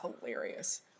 hilarious